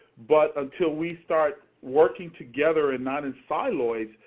but until we start working together and not in colloid,